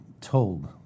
told